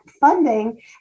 funding